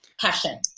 Passion